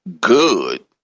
good